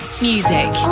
Music